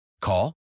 Call